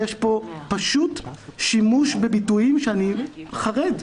יש פה שימוש בביטויים שאני חרד.